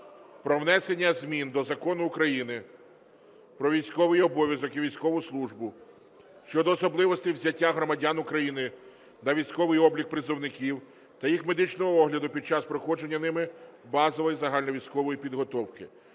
про внесення змін до Закону України "Про військовий обов’язок і військову службу" щодо особливостей взяття громадян України на військовий облік призовників та їх медичного огляду під час проходження ними базової загальновійськової підготовки